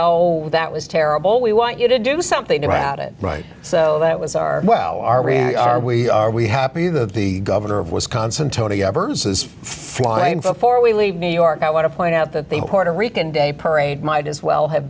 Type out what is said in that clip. oh that was terrible we want you to do something about it right so that was our well are really are we are we happy that the governor of wisconsin tony ever says fly him before we leave new york i want to point out that the puerto rican day parade might as well have